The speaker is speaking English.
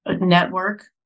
network